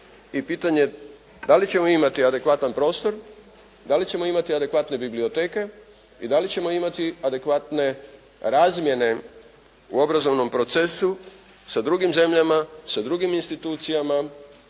i pitanje da li ćemo imati adekvatan prostor, da li ćemo imati adekvatne biblioteke i da li ćemo imati adekvatne razmjene u obrazovnom procesu sa drugim zemljama, sa drugim institucijama